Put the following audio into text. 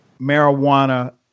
marijuana